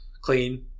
clean